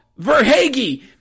Verhage